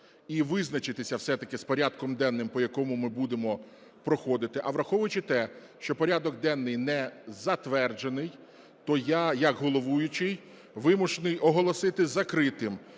і визначитися все-таки з порядком денним, по якому ми будемо проходити. А враховуючи те, що порядок денний не затверджений, то я як головуючий вимушений оголосити закритим